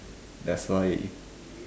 that's why